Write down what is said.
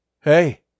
Hey